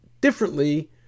differently